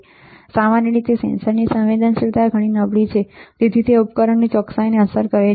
સામાન્ય રીતે સેન્સરની સંવેદનશીલતા ઘણી નબળી હોય છે અને તેથી તે ઉપકરણની ચોકસાઈને અસર કરે છે